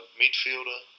midfielder